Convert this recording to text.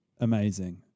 amazing